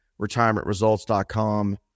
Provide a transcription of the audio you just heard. retirementresults.com